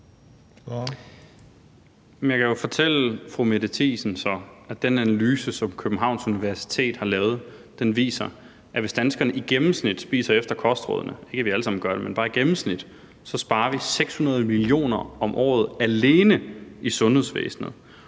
Mette Thiesen, at den analyse, som Københavns Universitet har lavet, viser, at hvis danskerne i gennemsnit spiser efter kostrådene, ikke at vi alle sammen gør det, men